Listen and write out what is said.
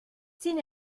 sin